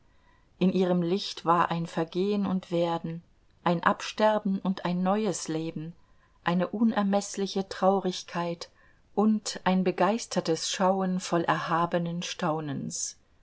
in ihrem licht war ein vergehen und werden ein absterben und ein neues leben eine unermeßliche traurigkeit und ein begeistertes schauen voll erhabenen staunens